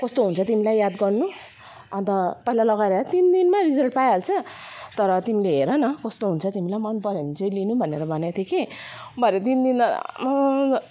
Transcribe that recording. कस्तो हुन्छ तिमलाई याद गर्नु अन्त पहिला लगाएर तिन दिनमै रिजल्ट पाइहाल्छ तर तिमीले हेर न कस्तो हुन्छ तिमलाई मन पर्यो भने चाहिँ लिनू भनेर भनेको थियो कि भरे तिन दिनमा आम्मामा